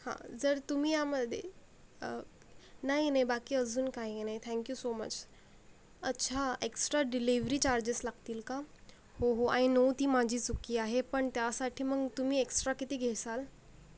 हां जर तुमी यामध्ये नाही नाही बाकी अजून काही नाहीथँक्यू सो मच अच्छा एक्स्ट्रा डिलिव्हरी चार्जेस लागतील का हो हो आय नो ती माझी चूक आहे पण त्यासाठी मग तुम्ही एक्स्ट्रा किती घेसाल